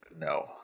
No